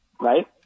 Right